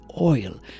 oil